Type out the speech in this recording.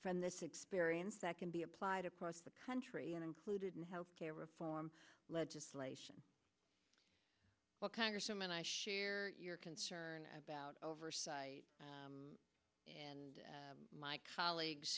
from this experience that can be applied across the country and included in health care reform legislation well congresswoman i share your concern about oversight and my colleagues